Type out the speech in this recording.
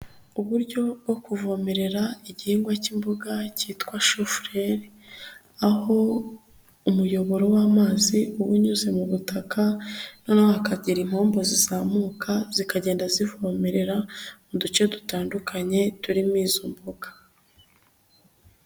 Uburyo bwo kuvomerera igihingwa cy'imboga cyitwa shufurere, aho umuyoboro w'amazi uba unyuze mu butaka noneho impombo zizamuka zikagenda zivomerera mu duce dutandukanye turimo izo mboga.